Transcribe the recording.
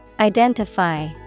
Identify